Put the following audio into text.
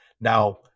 Now